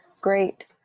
Great